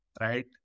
Right